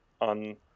on